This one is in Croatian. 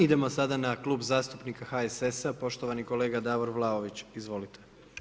Idemo sada na Klub zastupnika HSS-a, poštovani kolega Davor Vlaović, izvolite.